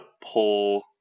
pull